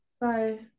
Bye